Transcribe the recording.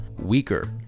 weaker